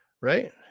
right